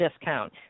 discount